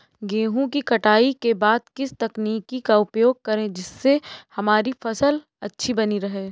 गेहूँ की कटाई के बाद किस तकनीक का उपयोग करें जिससे हमारी फसल अच्छी बनी रहे?